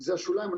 זה השוליים.